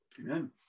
Amen